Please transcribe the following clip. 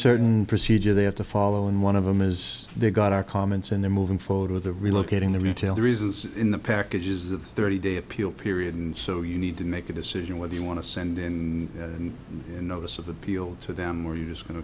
certain procedure they have to follow and one of them is they got our comments and they're moving forward with the relocating the retail the reasons in the packages of thirty day appeal period and so you need to make a decision whether you want to send in a notice of appeal to them or you just going to